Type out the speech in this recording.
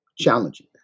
challenging